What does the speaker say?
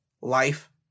life